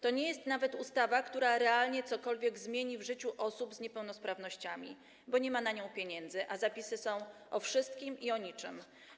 To nie jest nawet ustawa, która realnie cokolwiek zmieni w życiu osób z niepełnosprawnościami, bo nie ma na nią pieniędzy, a zapisy są o wszystkim i o niczym.